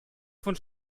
von